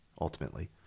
ultimately